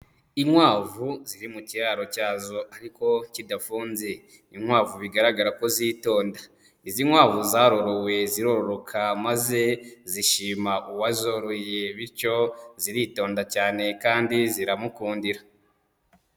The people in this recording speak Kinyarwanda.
Inkwavu ziri mu kiraro cyazo ariko kidafunze, inkwavu bigaragara ko zitonda, izi nkwavu zarorowe, zirororoka, maze zishima uwazoroye, bityo ziritonda cyane kandi ziramukundira.